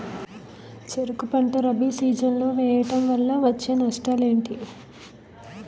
చెరుకు పంట రబీ సీజన్ లో వేయటం వల్ల వచ్చే నష్టాలు ఏంటి?